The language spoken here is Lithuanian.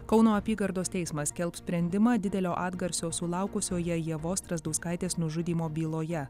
kauno apygardos teismas skelbs sprendimą didelio atgarsio sulaukusioje ievos strazdauskaitės nužudymo byloje